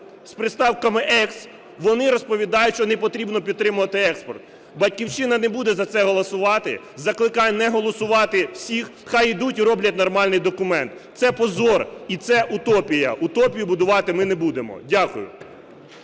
з представками "екс", вони розповідають, що не потрібно підтримувати експорт. "Батьківщина" не буде за це голосувати. Закликаю не голосувати всіх. Хай ідуть і роблять нормальний документ. Це позор і це утопія, утопію будувати ми не будемо. Дякую.